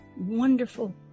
wonderful